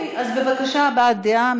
אוקיי, יופי, אז בבקשה, הבעת דעה.